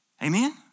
Amen